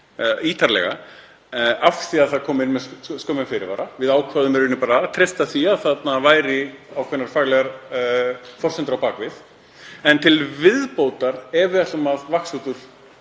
ítarlega af því að þær komu inn með skömmum fyrirvara. Við ákváðum bara að treysta því að þarna lægju ákveðnar faglegar forsendur að baki. En til viðbótar, ef við ætlum að vaxa út úr